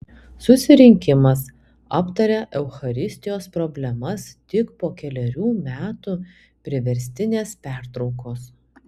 susirinkimas aptarė eucharistijos problemas tik po kelerių metų priverstinės pertraukos